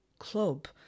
club